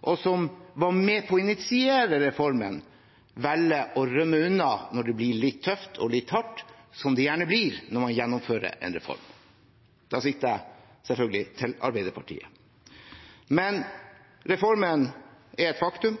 og som var med på å initiere reformen, velger å rømme unna når det blir litt tøft og litt hardt, som det gjerne blir når man gjennomfører en reform. Da sikter jeg selvfølgelig til Arbeiderpartiet. Men reformen er et faktum,